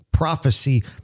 prophecy